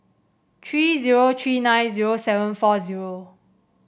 three zero three nine zero seven four zero